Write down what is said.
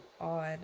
odd